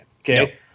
Okay